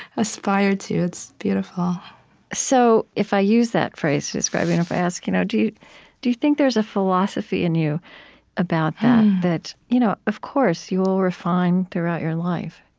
aspire to. it's beautiful so if i use that phrase to describe you, and if i ask you know do you do you think there's a philosophy in you about that that, you know of course, you will refine throughout your life?